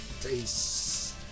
taste